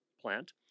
plant